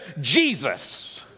Jesus